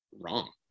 wrong